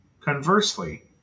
conversely